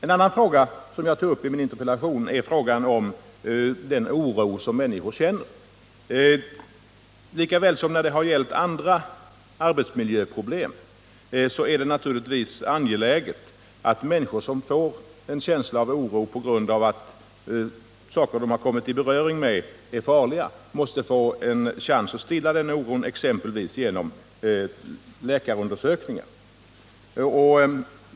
En annan fråga som jag tog upp i min interpellation är frågan om den oro som människor känner. Lika väl som när det gällt andra arbetsmiljöproblem är det naturligtvis här angeläget att människor, som får en känsla av oro på grund av att ämnen de kommit i beröring med är farliga, måste få en chans att stilla den oron genom exempelvis läkarundersökningar.